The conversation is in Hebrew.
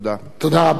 תודה רבה.